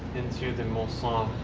into the mulsanne um